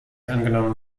angenommen